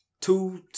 two